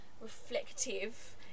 reflective